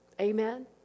Amen